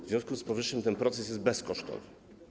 W związku z powyższym ten proces jest bezkosztowy.